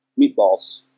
meatballs